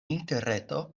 interreto